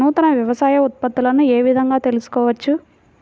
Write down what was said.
నూతన వ్యవసాయ ఉత్పత్తులను ఏ విధంగా తెలుసుకోవచ్చు?